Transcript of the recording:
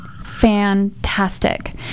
Fantastic